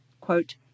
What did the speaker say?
quote